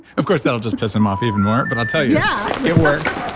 of course, that will just piss him off even more, but i'll tell you yeah it works.